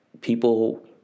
people